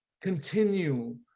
continue